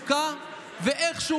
במצוקה, הוא לא נשאר במים, הוא קופץ ליבשה.